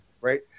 right